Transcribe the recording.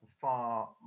far